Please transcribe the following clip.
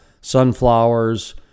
sunflowers